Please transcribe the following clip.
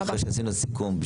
אחרי שעשינו סיכום,